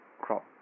crop